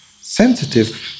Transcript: sensitive